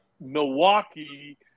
Milwaukee